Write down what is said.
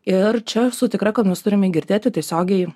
ir čia esu tikra kad mes turime girdėti tiesiogiai